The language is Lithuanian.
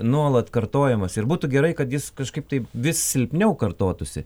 nuolat kartojamas ir būtų gerai kad jis kažkaip tai vis silpniau kartotųsi